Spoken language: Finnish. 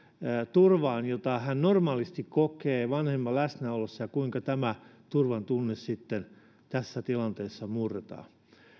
turvaan jota hän normaalisti kokee vanhemman läsnä ollessa ja siihen kuinka tämä turvan tunne sitten tässä tilanteessa murretaan